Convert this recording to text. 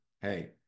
hey